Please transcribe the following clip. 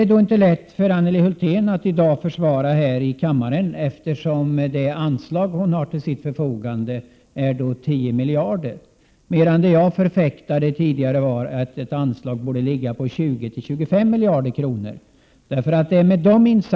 Det är inte lätt för Anneli Hulthén att försvara allt detta här i kammaren i dag, eftersom det anslag hon har till sitt förfogande endast uppgår till 10 miljarder. Jag förfäktade tidigare att anslaget borde ligga på 20-25 miljarder kronor. Det är med dessa insatser 161 Prot.